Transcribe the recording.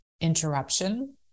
interruption